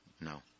No